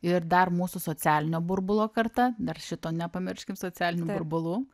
ir dar mūsų socialinio burbulo karta dar šito nepamirškim socialinių burbulų